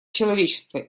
человечества